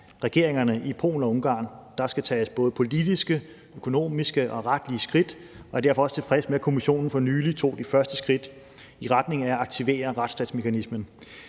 regeringerne i Polen og Ungarn. Der skal tages både politiske, økonomiske og retlige skridt, og jeg er derfor også tilfreds med, at Kommissionen for nylig tog de første skridt i retning af at aktivere retsstatsmekanismen.